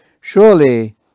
surely